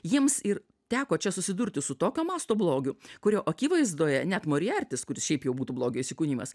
jiems ir teko čia susidurti su tokio masto blogiu kurio akivaizdoje net moriartis kuris šiaip jau būtų blogio įsikūnijimas